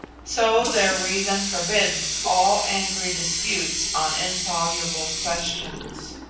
so their reason forbids all angry disputes on insoluble questions.